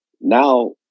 Now